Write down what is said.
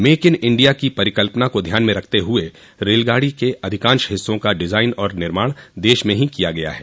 make in India की परिकल्पना को ध्यान में रखते हुये रेलगाड़ी के अधिकांश हिस्सों का डिजाइन और निर्माण देश में ही किया गया है